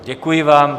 Děkuji vám.